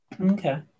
Okay